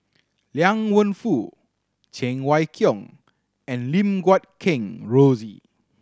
Liang Wenfu Cheng Wai Keung and Lim Guat Kheng Rosie